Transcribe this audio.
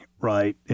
Right